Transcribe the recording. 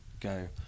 go